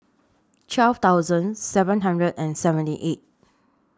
twelve thousand seven hundred and seventy eight